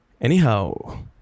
anyhow